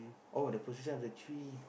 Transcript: oh the position of the tree